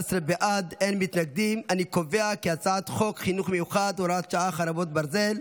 חוק חינוך מיוחד (הוראת שעה, חרבות ברזל)